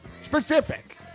specific